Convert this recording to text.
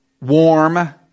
Warm